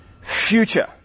future